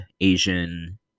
Asian